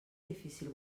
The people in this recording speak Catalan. difícil